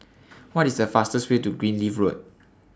What IS The fastest Way to Greenleaf Road